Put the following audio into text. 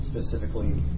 Specifically